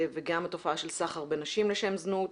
וגם התופעה של סחר בנשים לשם זנות.